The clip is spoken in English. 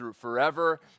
forever